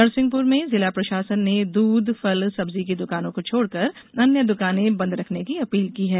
नरसिंहपुर में जिला प्रशासन ने दूध फल सब्जी की दुकानों को छोड़कर अन्य द्वकाने बंद रखने की अपील की है